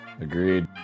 Agreed